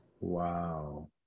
Wow